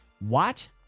Watch